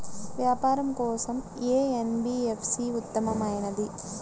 వ్యాపారం కోసం ఏ ఎన్.బీ.ఎఫ్.సి ఉత్తమమైనది?